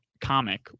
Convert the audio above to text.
comic